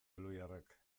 elhuyarrek